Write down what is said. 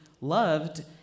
loved